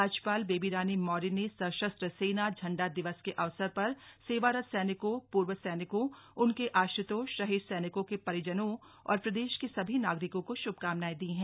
राज्यपाल बेबी रानी मौर्य ने सशस्त्र सेना झंडा दिवस के अवसर पर सेवारत सैनिकों पूर्व सैनिकों उनके आश्रितों शहीद सैनिकों के परिजनों और प्रदेश के सभी नागरिकों को श्भकामनाएं दी हैं